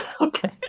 Okay